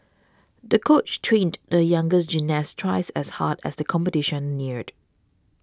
the coach trained the younger gymnast twice as hard as the competition neared